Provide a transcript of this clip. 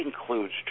includes